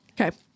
Okay